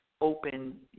open